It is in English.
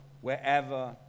wherever